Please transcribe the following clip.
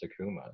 Takuma